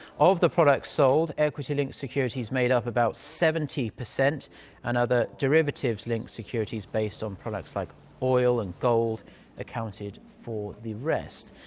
of the products sold, equity-linked securities made up about seventy percent and other derivatives-linked securities, based on products like oil and gold accounted for the rest.